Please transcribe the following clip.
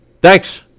thanks